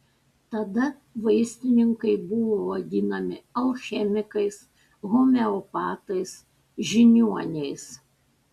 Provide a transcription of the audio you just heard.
tada vaistininkai buvo vadinami alchemikais homeopatais žiniuoniais